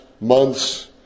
months